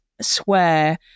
swear